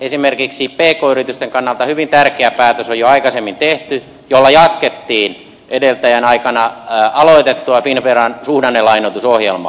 esimerkiksi pk yritysten kannalta on jo aikaisemmin tehty hyvin tärkeä päätös jolla jatkettiin edeltäjän aikana aloitettua finnveran suhdannelainoitusohjelmaa